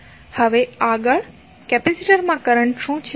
હવે આગળ કેપેસિટરમાં કરંટ શું છે